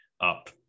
up